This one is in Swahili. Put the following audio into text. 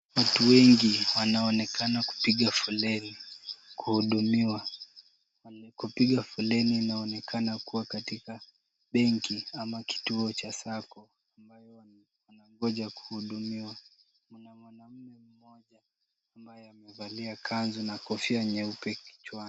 Watu wengi wanaonekana kupiga foleni kuhudumiwa. Kupiga foleni inaonekana kuwa katika benki ama kituo cha sacco ambao wanakuja kuhudumia. Kuna mwanamume mmoja ambaye amevalia kanzu na kofia kichwani.